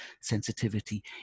sensitivity